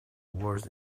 words